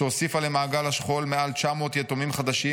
שהוסיפה למעגל השכול מעל 900 יתומים חדשים,